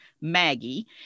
Maggie